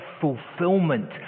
fulfillment